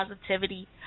positivity